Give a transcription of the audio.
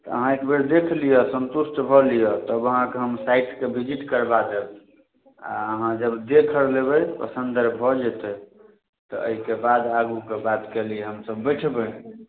तऽ अहाँ एकबेर देख लिअ सन्तुष्ट भऽ लिअ तब अहाँकेँ हम साइटके विजिट करवा देब आ अहाँ जब देख आओर लेबै पसन्द आबि भऽ जेतै तऽ एहिके बाद आगूके बातके लिए हमसभ बैठबै